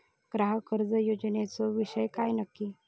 ग्राहक कर्ज योजनेचो विषय काय नक्की?